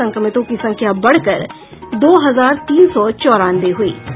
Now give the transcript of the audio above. संक्रमितों की संख्या बढ़कर दो हजार तीन सौ चौरानवे हुयी